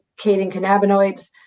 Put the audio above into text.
cannabinoids